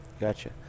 gotcha